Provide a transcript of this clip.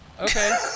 okay